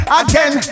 again